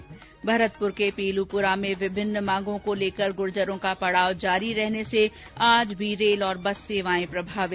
् भरतपुर के पीलूपुरा में विभिन्न मांगों को लेकर गुर्जरों का पड़ाव जारी रहने से आज भी रेल और बस सेवाए प्रभावित